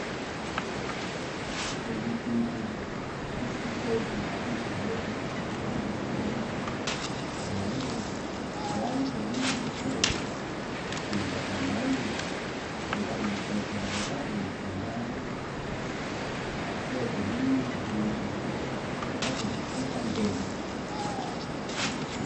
Yenuu tuchu tuchi kuechi tuchi yojón kutu kuano, kutu luchi yeyo ya'a itenuu koo ye'e guacamole, kendano tichi ndavai kuenta kete nuu nduchi ndavai ditá teyuu.